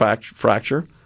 fracture